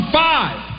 five